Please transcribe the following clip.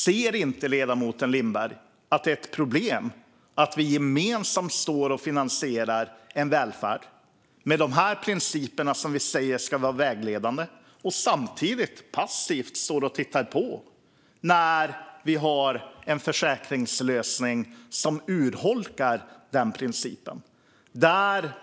Ser inte ledamoten Lindberg att det är ett problem att vi gemensamt finansierar en välfärd med de här principerna, som vi säger ska vara vägledande, och samtidigt passivt står och tittar på när det finns en försäkringslösning som urholkar de principerna?